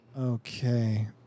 Okay